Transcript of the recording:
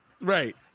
Right